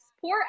Poor